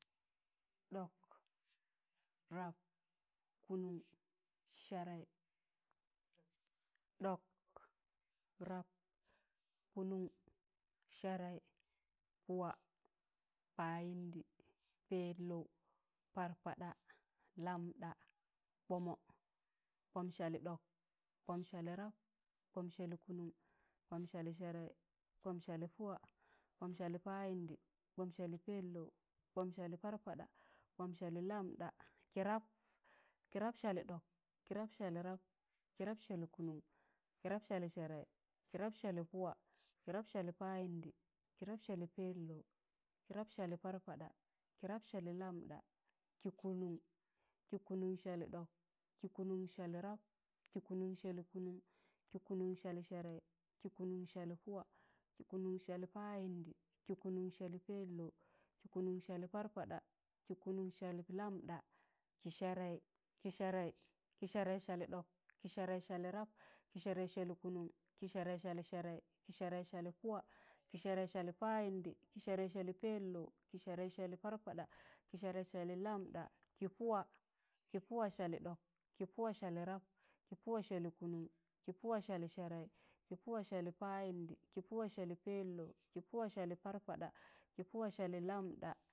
ɗọk, rap, kụụnụn sẹẹrẹị, ɗok. rap, kunun. serai, pụwa, payịndị, pẹllọw, parpaɗa, lamɗa, kbọmọ, kbọm salị ɗọk, kbọm salị rap, kbọm salị kụụnụm, kbọm salị sẹẹrẹị, kbọm salị pụwa, kbọm salị payịndị, kbọm salị pẹllọu, kbọm salị parpada, kbọm salị ɗọk, kịrap salị rap, kịrap salị kụụnụn, kịrap salị sẹẹrẹị, kịrap sdalị pụwa, kịrap salị payịndị, kịrap salị pẹllọw, kịrap salị parpada, kịrap salẹ lamda, kị kụụnụn, kịkụụnụn salị ɗọk, kịkụụnụn salị rap, kị kụụnụn salị kụụnụn. kịnụụnụ salị sẹẹrẹị, kị kụụnụn salị pụwa, kị kụụnụn salị payịndị, kị kụụnụn salị pẹllou, kị kụụnụn salị parpaɗa, kị kụụnụn salị lamɗa. kị sẹẹrẹị. kị sẹẹrẹị salị ɗọk. kị sẹẹrẹị salị rap. kị sẹẹrẹị salị kụụnụn. kị sẹẹrẹị salị sẹẹrẹị. kị sẹẹrẹị salị pụwa. kị sẹẹrẹị salị payịndị. kị sẹẹrẹị salị pẹlọukị sẹẹrẹị salị parpaɗa. kị sẹẹrẹị salị lamɗakị pụma. kị pụma salị ɗọk. kị pụma salị rap. kị pụma salị kụụnụn. kị pụma salị sẹẹrẹị. kị pụma salị pụwa. kị pụma salị payịndị. kị pụma salị pẹloukị pụma salị parpaɗa. kị pụma salị lamɗa,